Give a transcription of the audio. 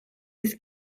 his